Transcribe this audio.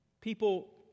People